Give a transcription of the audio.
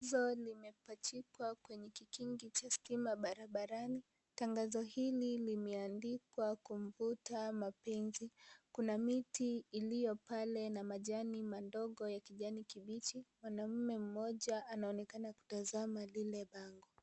Tangazo limepachikwa kwenye kikingi cha stima barabarani, tangazo hili limeandikwa kumvuta mapenzi, kuna miti iliyo pale na majani mandogo ya kijani kibichi, mwanaume mmoja anaonekana kutazama lile bango.